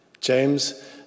James